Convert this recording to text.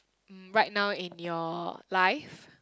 mm right now in your life